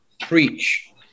Preach